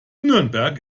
nürnberg